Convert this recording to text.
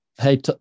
hey